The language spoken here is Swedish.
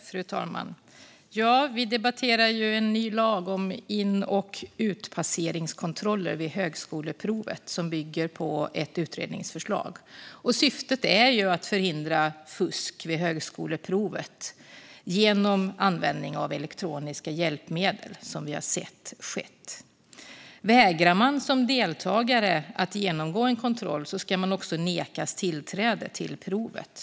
Fru talman! Vi debatterar en ny lag om in och utpasseringskontroller vid högskoleprovet som bygger på ett utredningsförslag. Syftet är att förhindra fusk vid högskoleprovet genom användning av elektroniska hjälpmedel, som vi har sett ske. Vägrar man som deltagare att genomgå en kontroll ska man också nekas tillträde till provet.